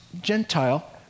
Gentile